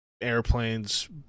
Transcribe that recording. Airplanes